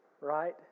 right